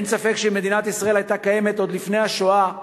אין ספק שאם מדינת ישראל היתה קיימת עוד לפני השואה,